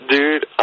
Dude